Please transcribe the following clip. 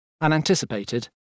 unanticipated